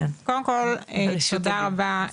קודם כל תודה רבה,